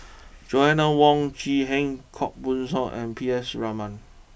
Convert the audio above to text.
Joanna Wong Quee Heng Koh Buck Song and P S Raman